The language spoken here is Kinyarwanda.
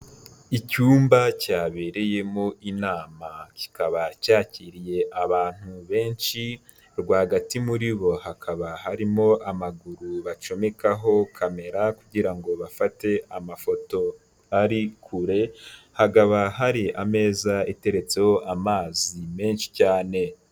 Icyumba cyabereyemo inama kikaba cyakiriye abantu benshi, rwagati muri bo hakaba harimo amaguru bacomekaho kamera kugira ngo bafate amafoto ari kure, hakaba hari ameza iteretseho amazi menshi cyane.